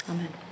Amen